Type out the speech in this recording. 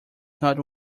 not